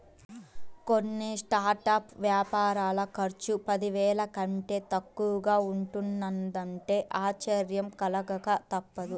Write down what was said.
కొన్ని స్టార్టప్ వ్యాపారాల ఖర్చు పదివేల కంటే తక్కువగా ఉంటున్నదంటే ఆశ్చర్యం కలగక తప్పదు